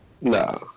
No